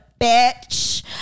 bitch